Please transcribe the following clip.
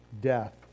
death